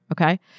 Okay